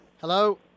Hello